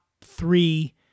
three